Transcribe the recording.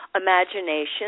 imagination